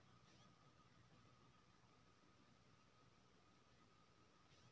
राष्ट्रीय बीमा केर अधिनियम उन्नीस सौ ग्यारह में आनल गेल रहे